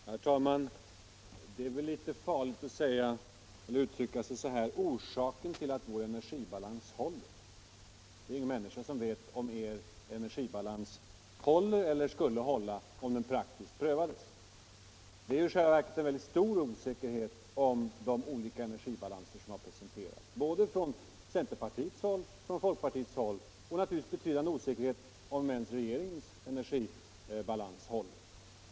Herr talman! Det är väl litet farligt att uttrycka sig så här: ”Orsaken till att vår energibalans håller.” Det är ingen människa som vet om er energibalans håller eller om den skulle hålla, ifall den praktiskt prövades. Det är i själva verket en väldig osäkerhet om de olika typer av energibalans som har presenterats både från centerpartiets håll och från folkpartiets håll, och naturligtvis råder det en betydande osäkerhet om ens regeringens energibalans håller.